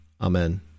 Amen